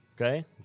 Okay